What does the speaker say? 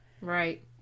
right